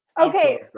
Okay